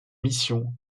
mission